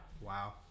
Wow